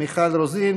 מיכל רוזין,